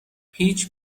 هیچ